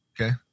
Okay